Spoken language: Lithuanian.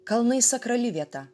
kalnai sakrali vieta